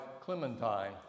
Clementine